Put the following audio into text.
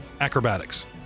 acrobatics